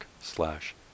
slash